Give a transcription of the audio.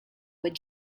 with